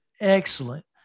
excellent